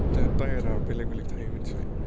जेट थायेरा बेलेग बेलेग थायो मोनथिबाय